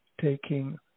taking